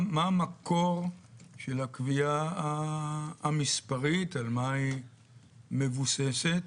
מה המקור של הקביעה המספרית, על מה היא מבוססת?